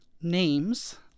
names